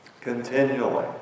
Continually